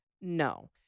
No